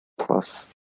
plus